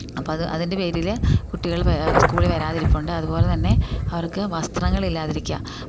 അപ്പം അത് അതിൻ്റെ പേരിൽ കുട്ടികൾ സ്കൂളിൽ വരാതിരിപ്പ് ഉണ്ട് അതുപോലെ തന്നെ അവർക്ക് വസ്ത്രങ്ങളിൽ ഇല്ലാതിരിക്കുക